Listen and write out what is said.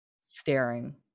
staring